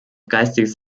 geistiges